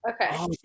okay